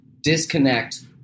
disconnect